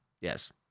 Yes